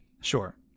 Sure